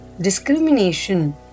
discrimination